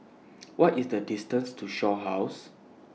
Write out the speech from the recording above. What IS The distance to Shaw House